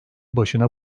başına